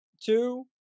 two